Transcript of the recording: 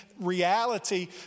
reality